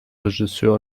regisseur